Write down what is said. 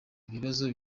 ibibazo